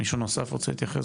מישהו נוסף רוצה להתייחס?